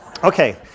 Okay